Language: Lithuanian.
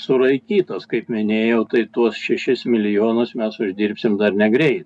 suraitytas kaip minėjau tai tuos šešis milijonus mes uždirbsime dar negreit